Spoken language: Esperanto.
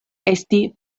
esti